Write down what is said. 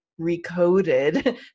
recoded